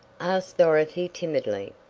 asked dorothy timidly.